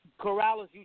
corrales